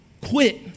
quit